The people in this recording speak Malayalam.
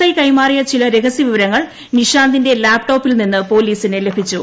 ഐ കൈമാറിയ ചില രഹസ്യ വിവരങ്ങൾ നിഷാന്തിന്റെ ലാപ്ടോപിൽ നിന്ന് ലഭിച്ചു